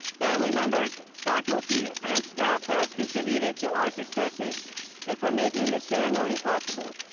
family members, faculty and staff that have contributed to our successes and for making this ceremony possible.